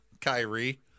Kyrie